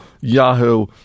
yahoo